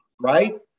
right